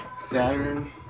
Saturn